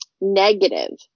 negative